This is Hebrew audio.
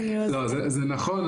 זה בסדר, זה נכון.